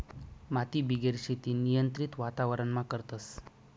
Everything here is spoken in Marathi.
मातीबिगेर शेती नियंत्रित वातावरणमा करतस